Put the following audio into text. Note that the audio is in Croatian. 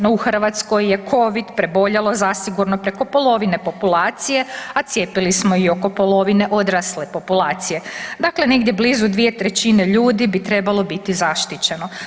No u Hrvatskoj je covid preboljelo zasigurno preko polovine populacije, a cijepili smo i oko polovine odrasle populacije, dakle negdje blizu 2/3 ljudi bi trebalo biti zaštićeno.